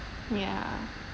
ya